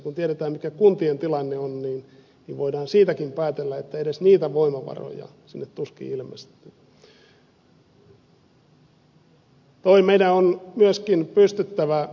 kun tiedetään mikä kuntien tilanne on niin voidaan siitäkin päätellä että edes niitä voimavaroja sinne tuskin ilmestyy